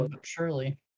surely